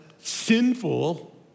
sinful